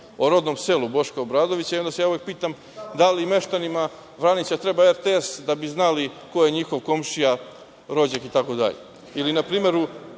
o rodnom selu Boška Obradovića i onda se ja uvek pitam da li meštanima Vranića treba RTS da bi znali ko je njihov komšija, rođak itd. Ili,